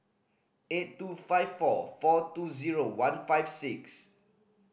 eight two five four four two zero one five six